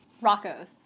Rocco's